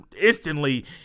instantly